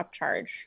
upcharge